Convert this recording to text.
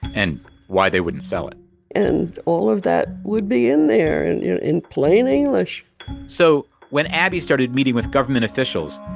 and why they wouldn't sell it and all of that would be in there, and you know in plain english so when abbey started meeting with government officials,